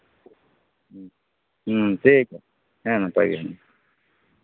ᱦᱩᱸ ᱴᱷᱤᱠᱜᱮᱭᱟ ᱦᱮᱸᱢᱟ ᱛᱟᱭᱜᱮ ᱢᱟ